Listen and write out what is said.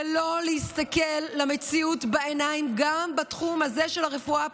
זה לא להסתכל למציאות בעיניים גם בתחום הזה של הרפואה הפנימית.